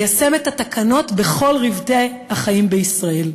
ליישם את התקנות בכל רובדי החיים בישראל.